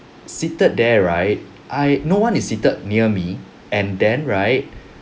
seated there right I no one is seated near me and then right